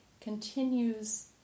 continues